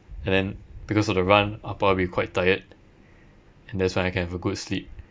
and then because of the run I'll probably be quite tired and that's why I can have a good sleep